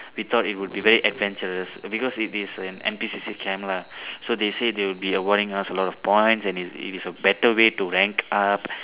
we thought it would be very adventurous because it is an N_P_C_C camp lah so they say they will be awarding us a lot of points and it is a better way to rank up